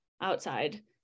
outside